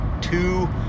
two